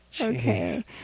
Okay